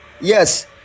Yes